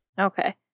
Okay